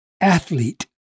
athlete